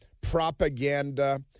propaganda